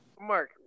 Mark